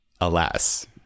alas